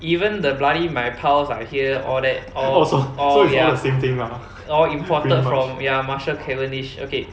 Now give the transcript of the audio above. even the bloody my pals are here all that all all ya all imported from ya marshall cavendish okay